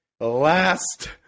last